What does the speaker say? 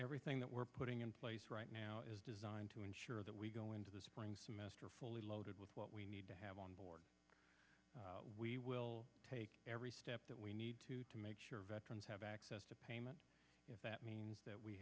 everything that we're putting in place right now is designed to ensure that we go into the spring semester fully loaded with what we need to have on board we will take every step that we need to to make sure veterans have access to payment if that means that we